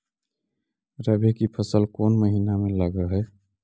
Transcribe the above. रबी की फसल कोन महिना में लग है?